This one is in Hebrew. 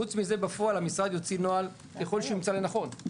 חוץ מזה בפועל המשרד יוציא נוהל ככל שהוא ימצא לנכון,